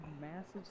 massive